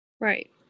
Right